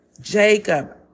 Jacob